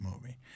movie